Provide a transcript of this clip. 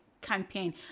campaign